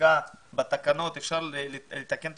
חקיקה אלא בתקנות שם אפשר לתקן את